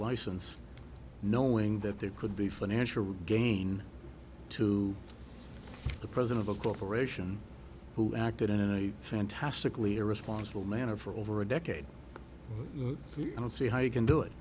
license knowing that there could be financial gain to the president of global ration who acted in a fantastically irresponsible manner for over a decade and i don't see how you can do it